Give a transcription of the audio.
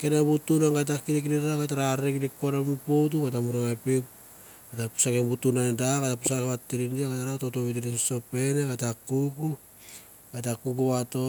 Kenda bu tunigei ta kerikerin na i gai te na arere nikin i popon mu pot an gei ta ra maragai peuk tsang vaturiva bu tun tovtov vivitiria i a ron mi sosapen at ta kuk, et ta kuk vato